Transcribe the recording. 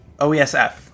OESF